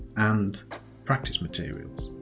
and practice materials